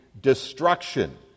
destruction